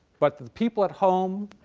but the people at home,